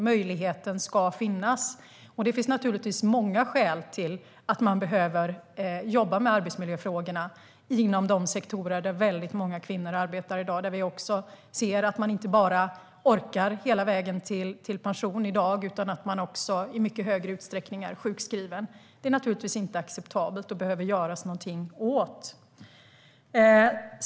Den möjligheten ska finnas. Det finns många skäl till att vi behöver jobba med arbetsmiljöfrågorna i de sektorer där många kvinnor i dag arbetar. Vi ser att de dels inte orkar hela vägen till pension, dels är sjukskrivna i mycket större utsträckning. Det är givetvis inte acceptabelt och behöver göras någonting åt.